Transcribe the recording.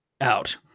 out